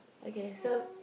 okay so